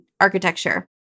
architecture